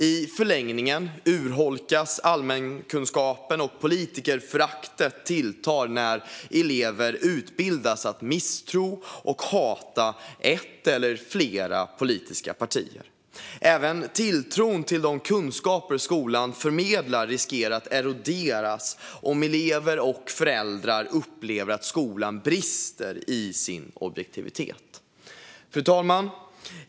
I förlängningen urholkas allmänkunskapen, och politikerföraktet tilltar när elever utbildas att misstro och hata ett eller flera politiska partier. Även tilltron till de kunskaper skolan förmedlar riskerar att eroderas om elever och föräldrar upplever att skolan brister i sin objektivitet. Fru talman!